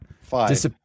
five